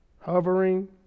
Hovering